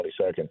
22nd